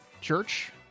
Church